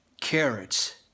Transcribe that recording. carrots